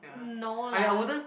no lah